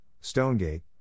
Stonegate